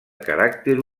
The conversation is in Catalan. caràcter